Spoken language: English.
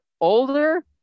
older